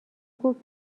گفت